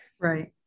right